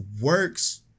works